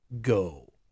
go